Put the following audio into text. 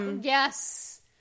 Yes